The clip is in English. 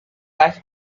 life